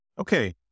Okay